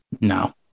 No